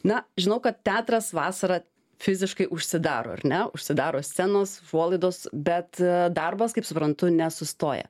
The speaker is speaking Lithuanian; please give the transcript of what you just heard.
na žinau kad teatras vasarą fiziškai užsidaro ar ne užsidaro scenos užuolaidos bet darbas kaip suprantu nesustoja